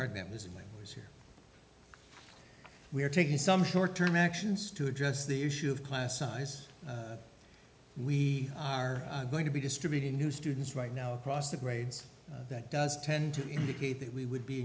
are that missing link is here we are taking some short term actions to address the issue of class size we are going to be distributing new students right now across the grades that does tend to indicate that we would be